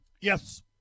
Yes